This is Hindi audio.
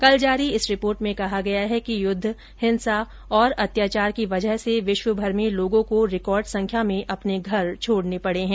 कल जारी इस रिपोर्ट में कहा गया है कि युद्ध हिंसा और अत्याचार की वजह से विश्वभर में लोगों को रिकार्ड संख्या में अपने घर छोड़ने पड़े हैं